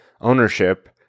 ownership